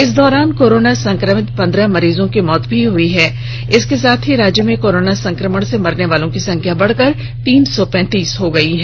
इस दौरान कोरोना संक्रमित पंद्रह मरीजों की मौत हो गयी इसके साथ ही राज्य में कोरोना संक्रमण से मरने वालों की संख्या बढ़कर तीन सौ पैतीस हो गयी है